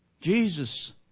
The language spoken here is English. Jesus